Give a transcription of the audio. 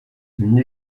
une